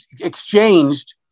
exchanged